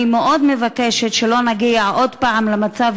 אני מאוד מבקשת שלא נגיע עוד פעם למצב